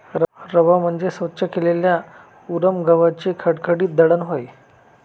रवा म्हणजे स्वच्छ केलेल्या उरम गव्हाचे खडबडीत दळण होय